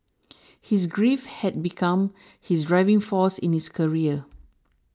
his grief had become his driving force in his career